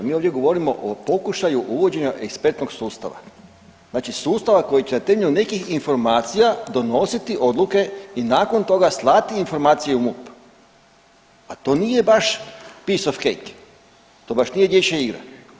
Mi ovdje govorimo o pokušaju uvođenja ekspertnog sustava, znači sustava koji će na temelju nekih informacija donositi odluke i nakon toga slati informacije u MUP, a to nije baš piece of cake, to baš nije dječja igra.